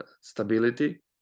stability